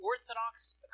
Orthodox